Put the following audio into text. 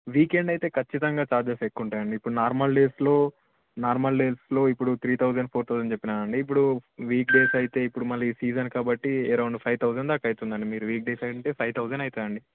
weekend అయితే ఖచ్చితంగా charges ఎక్కువుంటాయండి ఇప్పుడు నార్మల్ డేస్లో నార్మల్ డేస్లో ఇప్పుడు త్రీ తౌజండ్ ఫోర్ తౌజండ్ చెప్పినా కదండి ఇప్పుడు వీక్ డేస్ అయితే ఇప్పుడు మళ్ళీ సీజన్ కాబట్టి అరౌండ్ ఫైవ్ తౌజండ్ దాకా అవుతుందండి మీరు వీక్ డేస్ అయితే ఫైవ్ తౌజండ్ అవుతుందండి